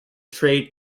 trade